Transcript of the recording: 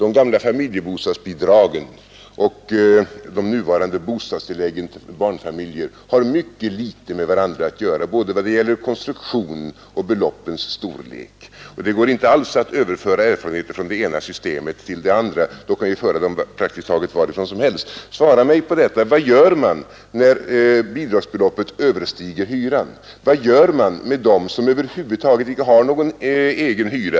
De gamla familjebostadsbidragen och de nuvarande bostadstilläggen till barnfamiljer har mycket litet med varandra att göra, både vad gäller konstruktionen och beloppens storlek. Det går inte alls att överföra erfarenheter från de ena systemet till det andra. Svara mig på detta: Vad gör man när bidragsbeloppet överstiger hyran? Vad gör man med dem som över huvud taget inte har någon egen hyra?